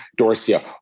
Dorcia